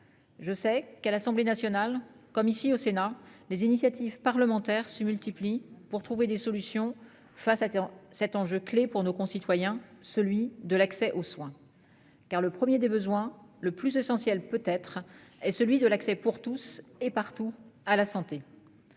Je sais qu'à l'Assemblée nationale, comme ici au Sénat, les initiatives parlementaires se multiplient pour trouver des solutions face à cet enjeu clé pour nos concitoyens, celui de l'accès aux soins. Car le 1er des besoins le plus essentiel peut être et celui de l'accès pour tous et partout à la santé.--